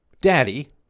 Daddy